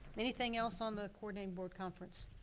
anything else on the coordinating board conference?